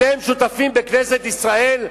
אתם שותפים בכנסת ישראל.